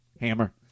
Hammer